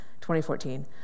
2014